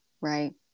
Right